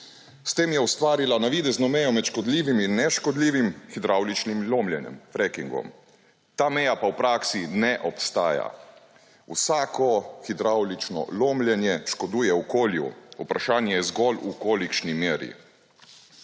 S tem je ustvarila navidezno mejo med škodljivim in neškodljivim hidravličnim lomljenjem; frekingom. Ta meja pa v praksi ne obstaja. Vsako hidravlično lomljenje škoduje okolju, vprašanje je zgolj, v kolikšni meri.